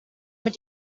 mit